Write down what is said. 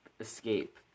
Escape